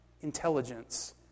intelligence